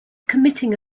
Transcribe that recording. committing